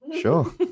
Sure